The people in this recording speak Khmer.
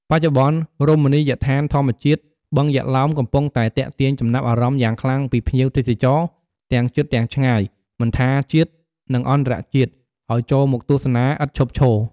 បច្ចុប្បន្នរមណីយដ្ឋានធម្មជាតិបឹងយក្សឡោមកំពុងតែទាក់ទាញចំណាប់អារម្មណ៍យ៉ាងខ្លាំងពីភ្ញៀវទេសចរ ទាំងជិតទាំងឆ្ងាយមិនថា ជាតិ និង អន្តរជាតិ ឱ្យចូលមកទស្សនាឥតឈប់ឈរ។